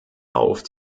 auf